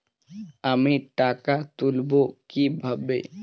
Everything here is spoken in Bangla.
আমি টাকা তুলবো কি ভাবে?